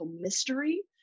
mystery